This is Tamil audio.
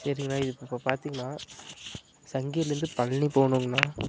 சரிங்கண்ணா இது இப்போ பார்த்திங்னா சங்ககிரியில இருந்து பழனி போகணுங்கண்ணா